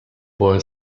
boy